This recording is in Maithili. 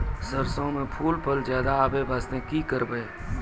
सरसों म फूल फल ज्यादा आबै बास्ते कि करबै?